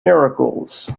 miracles